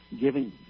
giving